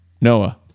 Noah